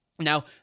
Now